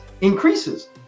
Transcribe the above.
increases